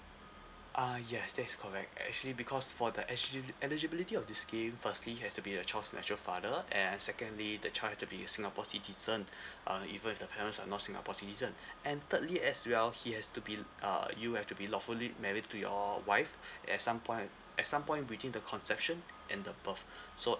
uh yes that's correct actually because for the eligibility of this scheme firstly you have to be your child's natural father and secondly the child have to be a singapore citizen uh even if the parents are not singapore citizen and thirdly as well he has to be uh you have to be lawfully married to your wife at some point at some point between the conception and the birth so